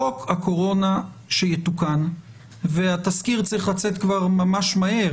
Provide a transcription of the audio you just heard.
חוק הקורונה שיתוקן - והתזכיר צריך לצאת כבר ממש מהר,